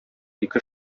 ике